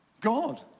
God